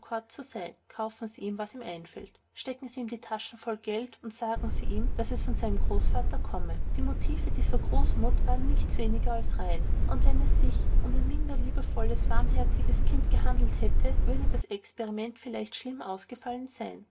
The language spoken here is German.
sein kaufen sie ihm was ihm einfällt stecken sie ihm die taschen voll geld und sagen sie ihm daß es von seinem großvater komme die motive dieser großmut waren nichts weniger als rein und wenn es sich um ein minder liebevolles warmherziges kind gehandelt hätte würde das experiment vielleicht schlimm ausgefallen sein